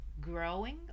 growing